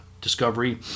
Discovery